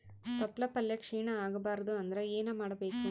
ತೊಪ್ಲಪಲ್ಯ ಕ್ಷೀಣ ಆಗಬಾರದು ಅಂದ್ರ ಏನ ಮಾಡಬೇಕು?